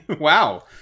Wow